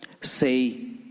say